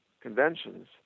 conventions